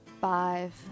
five